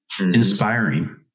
inspiring